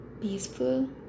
peaceful